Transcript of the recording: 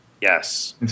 Yes